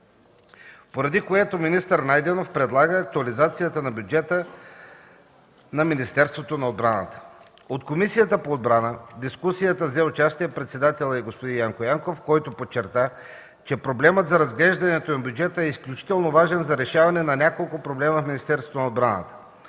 поради което министър Найденов предлага актуализация на бюджета на Министерството на отбраната. От Комисията по отбрана в дискусията взе участие председателят й господин Янко Янков, който подчерта, че проблемът за разглеждането на бюджета е изключително важен за решаване на няколко проблема в Министерството на отбраната.